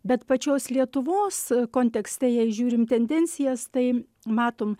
bet pačios lietuvos kontekste jei žiūrim tendencijas tai matom